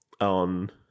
on